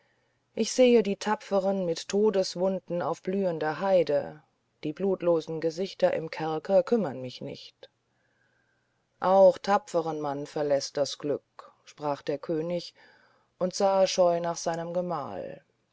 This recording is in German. ich sehe die tapferen mit todeswunden auf blühender heide die blutlosen gesichter im kerker kümmern mich nicht auch tapferen mann verläßt das glück sprach der könig und sah scheu nach seinem gemahl